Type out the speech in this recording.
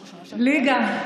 ליגה.